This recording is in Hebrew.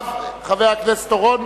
ואחריו חבר הכנסת אורון